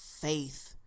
faith